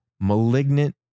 malignant